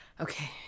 Okay